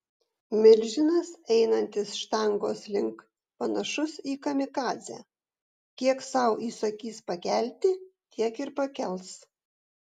milžinas einantis štangos link panašus į kamikadzę kiek sau įsakys pakelti tiek ir pakels